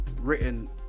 written